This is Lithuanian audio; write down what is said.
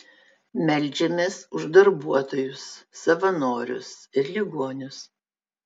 meldžiamės už darbuotojus savanorius ir ligonius